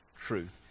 truth